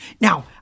Now